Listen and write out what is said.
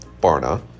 Barna